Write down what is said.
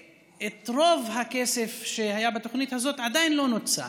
ורוב הכסף שהיה בתוכנית הזאת עדיין לא נוצל.